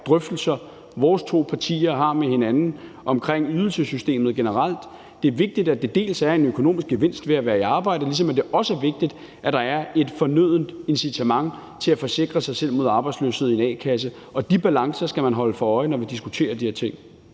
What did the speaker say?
drøftelser, vores to partier har med hinanden omkring ydelsessystemet generelt – at der er en økonomisk gevinst ved at være i arbejde, ligesom det også er vigtigt, at der er et fornødent incitament til at forsikre sig selv mod arbejdsløshed i en a-kasse. Og de balancer skal man holde sig for øje, når vi diskuterer de her ting.